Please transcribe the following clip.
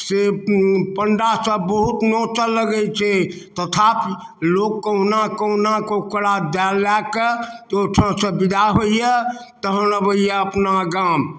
से पण्डासब बहुत नोचऽ लगै छै तथापि लोक कहुना कहुनाके ओकरा दऽ लऽ कऽ ओहिठामसँ विदा होइए तहन अबैए अपना गाम